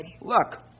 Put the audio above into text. Look